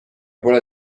pole